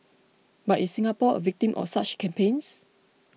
but is Singapore a victim of such campaigns